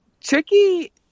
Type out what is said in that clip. Tricky